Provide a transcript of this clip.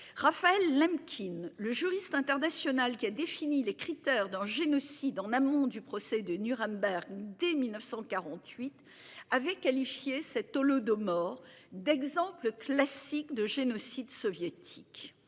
Raphaël M.. Le juriste international qui a défini les critères d'un génocide en amont du procès de Nuremberg dès 1948, avait qualifié cette Holodomor d'exemples classiques de génocide soviétique